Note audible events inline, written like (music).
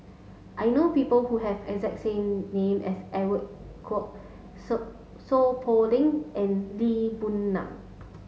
I know people who have exact same name as Edwin Koek (unintelligible) Seow Poh Leng and Lee Boon Ngan